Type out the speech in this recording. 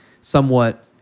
somewhat